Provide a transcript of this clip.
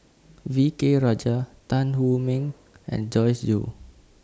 V K Rajah Tan Wu Meng and Joyce Jue